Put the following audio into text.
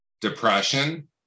depression